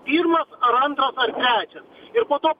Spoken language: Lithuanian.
pirmas ar antras ar trečias ir po to